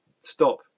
stop